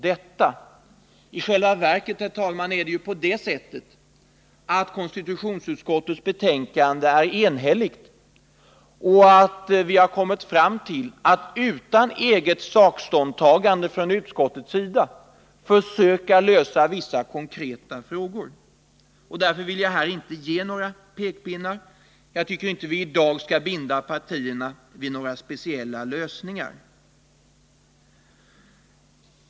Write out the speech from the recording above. Det är i själva verket så, herr talman, att konstitutionsutskottets betänkande är enhälligt. Utskottet har kommit fram till att man utan eget Nr 51 ståndpunktstagande i sak velat initiera lösandet av vissa konkreta frågor. Jag Torsdagen den vill därför inte här komma med några pekpinnar, och jag tycker inte att vii 13 december 1979 dag skall binda partierna vid några speciella lösningar.